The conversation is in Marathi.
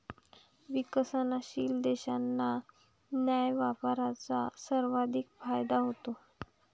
विकसनशील देशांना न्याय्य व्यापाराचा सर्वाधिक फायदा होतो